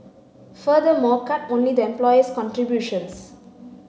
furthermore cut only the employer's contributions